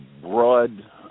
broad